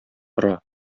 ора